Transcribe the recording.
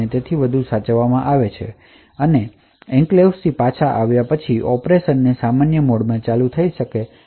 જેથી એન્ક્લેવ્સ થી પાછા આવ્યા પછી ઓપરેશનનો સામાન્ય મોડ ચાલુ થઈ શકે